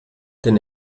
denn